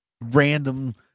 random